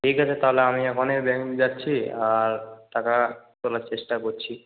ঠিক আছে তাহলে আমি এখনই ব্যাঙ্ক যাচ্ছি আর টাকা তোলার চেষ্টা করছি